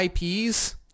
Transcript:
IPs